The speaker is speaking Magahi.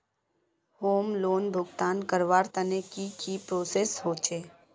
होम लोन भुगतान करवार तने की की प्रोसेस होचे?